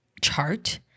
chart